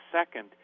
second